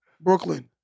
Brooklyn